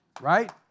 Right